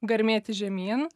garmėti žemyn